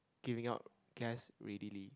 giving out gas readily